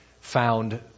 found